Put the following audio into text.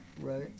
Right